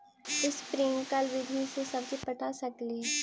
Sprinkle विधि से सब्जी पटा सकली हे?